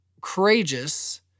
courageous